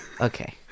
Okay